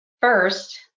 First